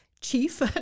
Chief